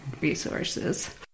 resources